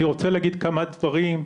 אני רוצה להגיד כמה דברים,